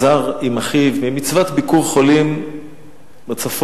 עם אחיו ממצוות ביקור חולים בצפון.